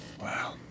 Wow